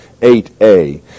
8a